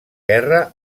guerra